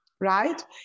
right